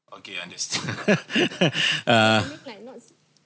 okay understand